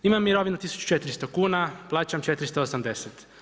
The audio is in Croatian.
Imam mirovinu 1400 kuna, plaćam 480“